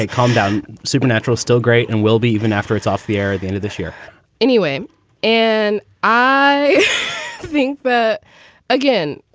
calm down, supernatural still great and will be even after it's off the air at the end of this year anyway and i think but again,